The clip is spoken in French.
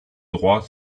droit